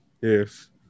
yes